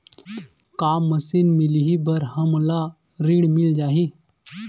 का मशीन मिलही बर हमला ऋण मिल जाही?